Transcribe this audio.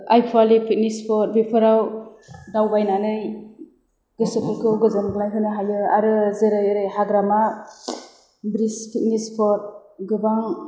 आइ पवालि picnic spot बेफोराव दावबायनानै गोसोफोरखौ गोजोनग्लाय होनो हायो आरो जेरै ओरै हाग्रामा ब्रिडस पिकनिक स्पट गोबां